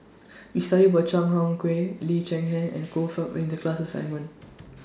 We studied about Chan Chang Lee Cheng Yan and Choe Fook in The class assignment